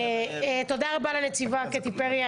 תודה רבה לנציבה קטי פרי.